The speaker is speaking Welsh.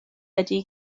ydy